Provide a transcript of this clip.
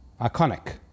Iconic